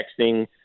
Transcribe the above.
texting